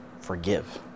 forgive